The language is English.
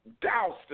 doused